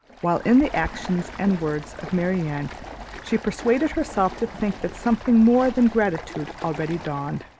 while in the actions and words of marianne she persuaded herself to think that something more than gratitude already dawned.